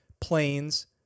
planes